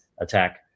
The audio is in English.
attack